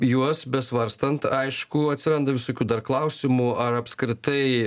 juos besvarstant aišku atsiranda visokių dar klausimų ar apskritai